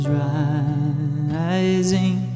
rising